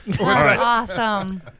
Awesome